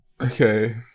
okay